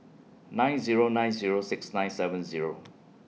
nine Zero nine Zero six nine seven Zero